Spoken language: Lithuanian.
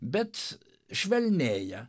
bet švelnėja